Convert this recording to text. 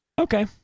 Okay